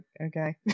okay